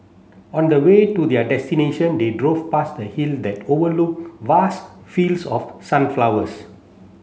on the way to their destination they drove past a hill that overlook vast fields of sunflowers